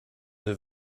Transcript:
the